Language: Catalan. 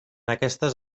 aquestes